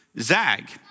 Zag